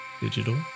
digital